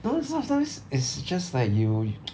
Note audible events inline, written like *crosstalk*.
know sometimes it's just like you yo~ *noise*